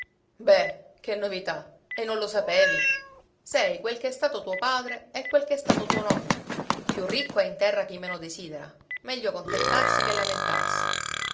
bè che novità e non lo sapevi sei quel che è stato tuo padre e quel ch'è stato tuo nonno più ricco è in terra chi meno desidera meglio contentarsi che lamentarsi